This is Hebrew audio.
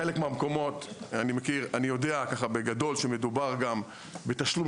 בחלק מהמקומות אני יודע בגדול שמדובר גם בתשלום